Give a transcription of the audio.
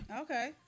Okay